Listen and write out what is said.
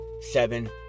seven